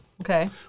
Okay